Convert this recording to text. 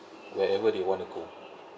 wherever they want to go